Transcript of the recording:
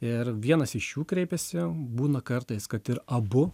ir vienas iš jų kreipiasi būna kartais kad ir abu